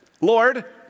Lord